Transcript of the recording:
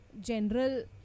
general